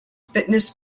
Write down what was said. fitness